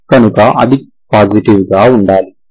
కనుక అది పాజిటివ్ గా ఉండాలి